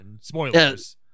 Spoilers